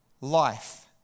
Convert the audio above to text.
life